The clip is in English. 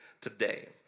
today